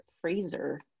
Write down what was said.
Fraser